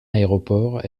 aéroport